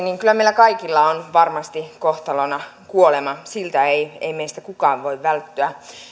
niin kyllä meillä kaikilla on varmasti kohtalona kuolema siltä ei ei meistä kukaan voi välttyä